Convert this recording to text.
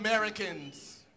Americans